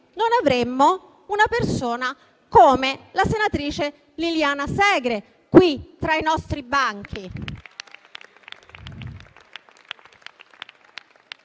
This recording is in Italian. non avremmo una persona come la senatrice Liliana Segre qui tra i nostri banchi.